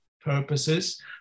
purposes